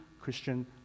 Christian